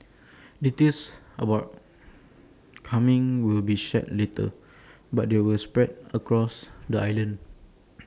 details about coming will be shared later but they will spread across the island